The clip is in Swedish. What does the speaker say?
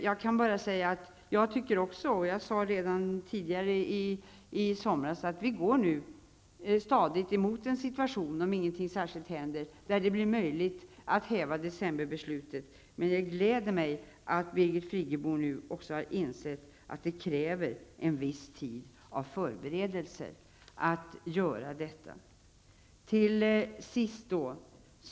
Jag menar, vilket jag också sade tidigare i somras, att vi nu stadigt går mot en situation, om ingenting särskilt händer, där det blir möjligt att upphäva decemberbeslutet. Men det gläder mig att även Birgit Friggebo nu har insett att det krävs en viss tid av förberedelser innan detta kan ske.